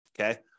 Okay